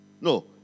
No